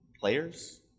players